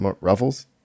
Ruffles